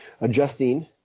adjusting